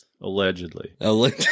Allegedly